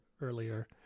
earlier